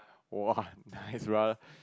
!wah! nice brother